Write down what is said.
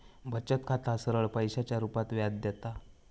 बचत खाता सरळ पैशाच्या रुपात व्याज देता